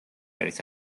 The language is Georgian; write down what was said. არის